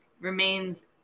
remains